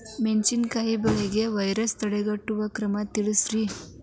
ಮೆಣಸಿನಕಾಯಿ ಬೆಳೆಗೆ ವೈರಸ್ ತಡೆಗಟ್ಟುವ ಕ್ರಮ ತಿಳಸ್ರಿ